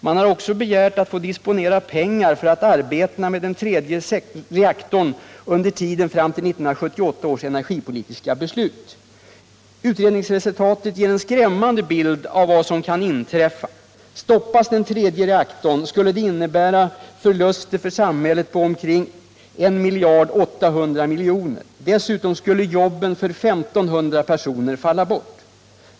Man har också begärt att få disponera pengar för att arbeta med den tredje reaktorn under tiden fram till 1978 års energipolitiska beslut. Utredningsresultatet ger en skrämmande bild av vad som kan inträffa. Stoppas den tredje reaktorn skulle det innebära förluster för samhället på omkring 1 800 miljoner. Dessutom skulle jobben för 1 500 personer falla bort.